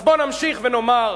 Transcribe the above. אז בוא נמשיך ונאמר,